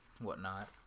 whatnot